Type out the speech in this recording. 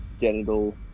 genital